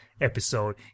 episode